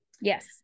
yes